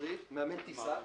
מאמן טיסה.